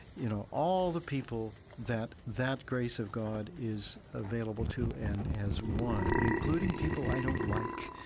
you know, all the people that that grace of god is available to and has won, including people i don't like.